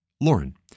Lauren